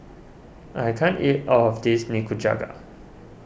I can't eat all of this Nikujaga